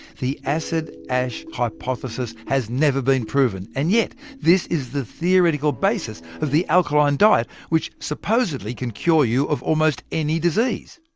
the acid-ash hypothesis has never been proven and yet this is the theoretical basis of the alkaline diet which supposedly can cure you of almost any disease.